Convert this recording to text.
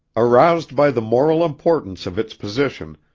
aroused by the moral importance of its position,